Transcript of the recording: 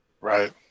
Right